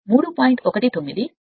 56 o ఓం 5 6 3